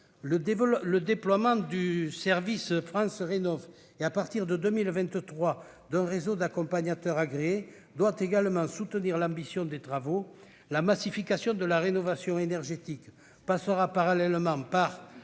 Le déploiement du service France Rénov'et, à partir de 2023, d'un réseau d'accompagnateurs agréés doit également soutenir des travaux ambitieux. La massification de la rénovation énergétique passera parallèlement par